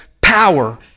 power